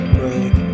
break